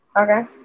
Okay